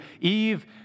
Eve